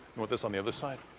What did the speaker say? want this on the other side?